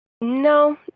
No